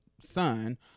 son